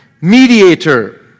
Mediator